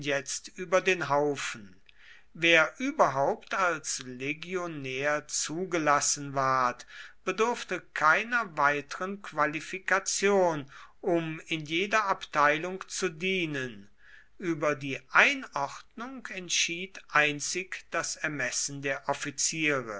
jetzt über den haufen wer überhaupt als legionär zugelassen ward bedurfte keiner weiteren qualifikation um in jeder abteilung zu dienen über die einordnung entschied einzig das ermessen der offiziere